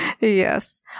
Yes